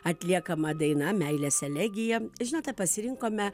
atliekama daina meilės elegija žinote pasirinkome